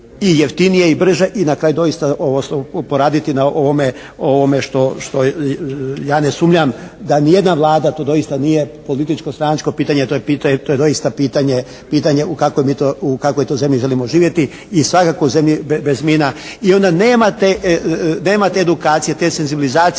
i jeftinije i brže. I na kraju doista ovo, poraditi na ovome što, ja ne sumnjam da nijedna Vlada tu doista nije političko stranačko pitanje. To je doista pitanje u kakvoj mi to, u kakvoj to zemlji želimo živjeti i svakako zemlji bez mina. I onda nema te, nema te edukacije, te senzibilizacije